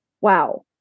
Wow